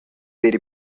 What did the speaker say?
بری